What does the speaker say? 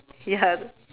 ya